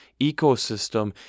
ecosystem